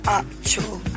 actual